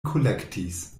kolektis